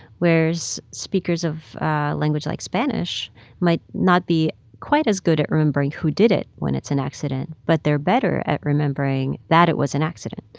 whereas speakers of a language like spanish might not be quite as good at remembering who did it when it's an accident, but they're better at remembering that it was an accident.